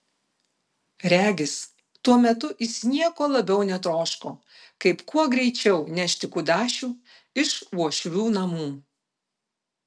regis tuo metu jis nieko labiau netroško kaip kuo greičiau nešti kudašių iš uošvių namų